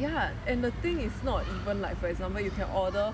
ya and the thing is not even like for example you can order